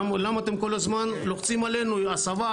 למה אתם כל הזמן לוחצים עלינו על הסבה,